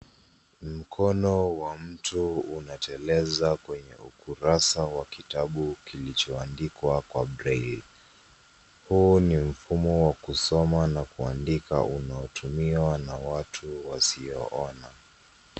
Mkono wa mtu unateleza kwenye ukurasa wa kitabu kilichoandikwa kwa braille . Huu ni mfano wa kusoma na kuandika unaotumiwa na watu wasioona.